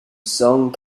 song